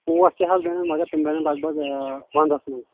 کوٹ تہِ حظ میلن مَگر یِم میلن لگ بھگ وَنٛدَس منٛز